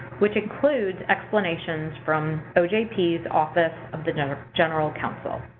which includes explanations from ojp's office of the general counsel.